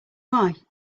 why